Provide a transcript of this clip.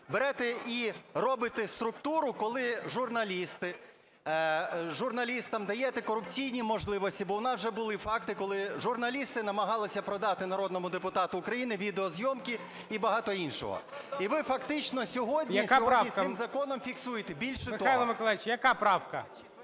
берете і робите структуру, коли журналістам даєте корупційні можливості, бо у нас вже були факти, коли журналісти намагалися продати народному депутату України відеозйомки і багато іншого. І ви, фактично, сьогодні цим законом фіксуєте... Більше того... ГОЛОВУЮЧИЙ. Михайло Миколайович, яка правка?